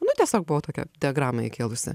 nu tiesiog buvau tokią diagramą įkėlusi